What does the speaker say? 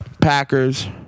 Packers